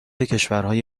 کشورهای